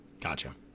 Gotcha